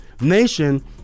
nation